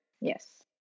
yes